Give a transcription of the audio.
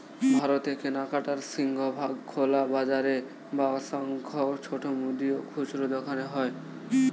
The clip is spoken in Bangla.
ভারতে কেনাকাটার সিংহভাগ খোলা বাজারে বা অসংখ্য ছোট মুদি ও খুচরো দোকানে হয়